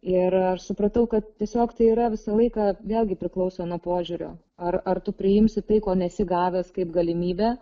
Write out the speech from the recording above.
ir aš supratau kad tiesiog tai yra visą laiką vėlgi priklauso nuo požiūrio ar ar tu priimsi tai ko nesi gavęs kaip galimybę